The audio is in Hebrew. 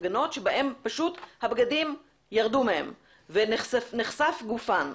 הפגנות בהם פשוט הבגדים ירדו מהן ונחשף גופן.